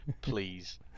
please